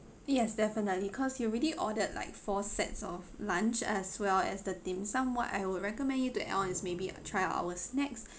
yes definitely cause you already ordered like four sets of lunch as well as the dim sum what I would recommend you to add on is maybe try out our snacks